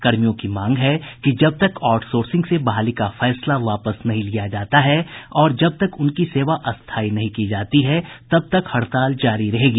कर्मियों की मांग है कि जब तक आउटसोर्सिंग से बहाली का फैसला वापस नहीं लिया जाता है और जब तक उनकी सेवा स्थायी नहीं की जाती है तब तक हड़ताल जारी रहेगी